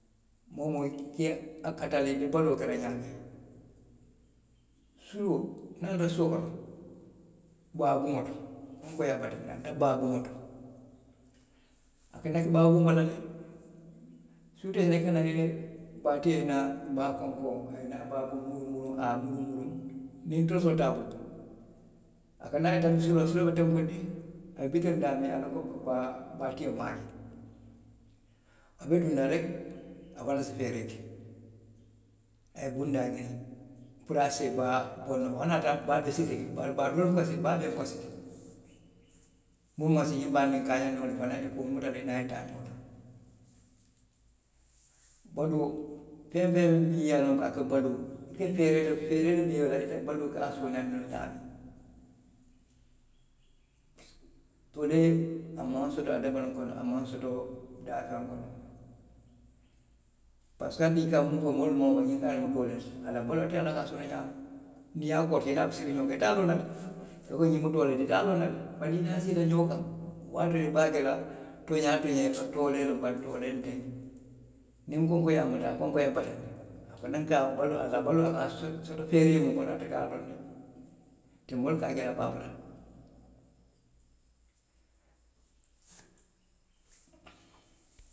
Moo woo moo i ka a kata le i be baluo ke la ňaamiŋ. Suluo. niŋ a naata suo kono. baa buŋo to, niw konkoo ye a bataandi, a ka taa baa buŋo le to. A buka naki baa buŋo bala de. suutoo itelu ka naa, baa tio ye naa baa konkoŋ, a ye naa baa buŋo muruŋ muruŋ, a ye a muruŋ muruŋ, niŋ torisoo te a bulu. a ka naa a ye tanbi suluo la, suluo be tenkundiŋ a be bitiriŋ daamiŋ na. baa tio maŋ a je. A be duŋ na reki. a fanaŋ se feeree ke. A ye bundaa ňiniŋ puru a se baa bondinoo. hani a ye a tara baa be sitiriŋ, bari baa doolu buka siti; baalu bee buka siti. munnu maŋ siti, ňiŋ baandiŋ kaaxandiŋolu. fanaŋ, i ka wolu muta i niŋ i ye taa? Baluo. feŋ woo feŋ miŋ ye a loŋ ko a ka baluu. i ka feeree le ke feeree miŋ i ka a kee fo ke i la baluo sooneyaandi ňaamiŋ. Wo de, a maŋ soto hadamadiŋo la, a maŋ soto daafeŋo laparisiko i ka miŋ fo moolu niw i ye a korosi, i niŋ a be siiriŋ ňoŋ kaŋ, ite a loŋ na, soko xiŋ mu toolee le ti, ite a loŋ na. Bari niŋ i niŋ a siita ňoo kaŋ, wo waatoo i be a je la, tooňaa tooňaa toolee loŋ, bari toolee nteŋ. Niŋ konkoo ye a muta, konkoo ye a bataandi, a fanaŋ ka, a la baluo, a la baluo a ka a soto feeree miŋ kono ate ye a loŋ ne, te moolu ka a ke.